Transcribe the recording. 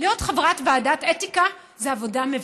להיות חברת ועדת אתיקה זה עבודה מבאסת.